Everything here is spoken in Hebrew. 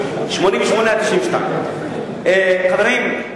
מ-1988 עד 1992. חברים,